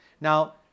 Now